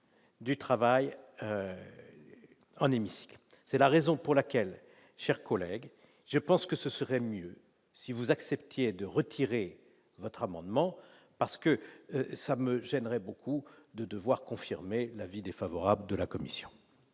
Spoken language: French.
du travail en hémicycle, c'est la raison pour laquelle, chers collègues, je pense que ce serait mieux si vous acceptiez de retirer votre amendement parce que ça me gênerait beaucoup de devoir confirmer l'avis défavorable de la commission.